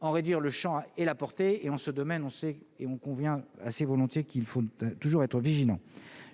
en réduire le Champ et la portée et en ce domaine, on sait et on convient assez volontiers qu'il faut toujours être vigilant,